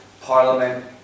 Parliament